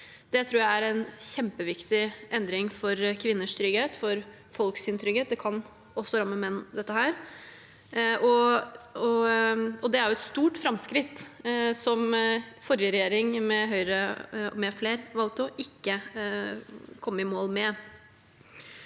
jeg er en kjempeviktig endring for kvinners trygghet – og for folks trygghet; dette kan også ramme menn. Det er et stort framskritt, som forrige regjering med Høyre m.fl. valgte ikke å komme i mål med.